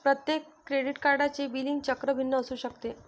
प्रत्येक क्रेडिट कार्डचे बिलिंग चक्र भिन्न असू शकते